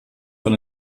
von